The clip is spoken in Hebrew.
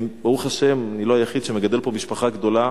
ברוך השם, אני לא היחיד שמגדל פה משפחה גדולה.